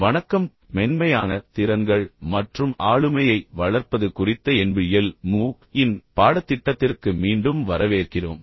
வணக்கம் மென்மையான திறன்கள் மற்றும் ஆளுமையை வளர்ப்பது குறித்த NPTEL MOOC இன் பாடத்திட்டத்திற்கு மீண்டும் வரவேற்கிறோம்